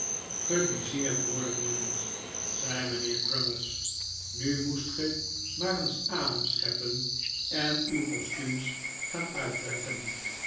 gebisseerd worden jongens zei mijnheer crummies nu moest ge maar eens adem scheppen en uw costuums gaan uittrekken